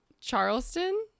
Charleston